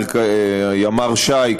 ימ"ר ש"י,